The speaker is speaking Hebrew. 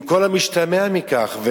עם כל המשתמע מכך.